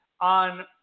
on